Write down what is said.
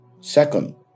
Second